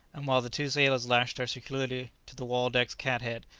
and while the two sailors lashed her securely to the waldeck's cat-head,